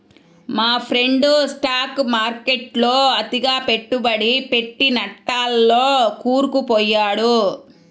మా friend stock మార్కెట్టులో అతిగా పెట్టుబడి పెట్టి నట్టాల్లో కూరుకుపొయ్యాడు